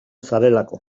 zarelako